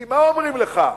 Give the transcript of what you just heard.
כי מה אומרים לך?